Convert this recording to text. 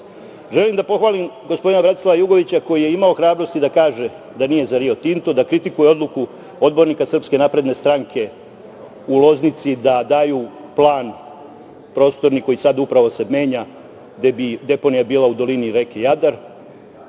da pohvalim gospodina Radislava Jugovića, koji je imao hrabrosti da kaže da nije za Rio Tinto, da kritikuje odluku odbornika Srpske napredne stranke u Loznici da daju plan prostorni koji se sada upravo menja, gde bi deponija bila u dolini reke Jadar